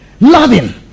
loving